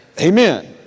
Amen